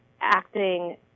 acting